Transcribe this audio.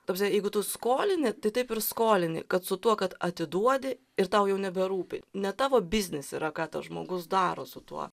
ta prasme jeigu tu skolini tai taip ir skolini kad su tuo kad atiduodi ir tau jau neberūpi ne tavo biznis yra ką tas žmogus daro su tuo